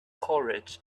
courage